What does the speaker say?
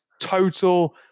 Total